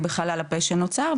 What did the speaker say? איי לחלל הפה שנוצר,